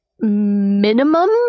minimum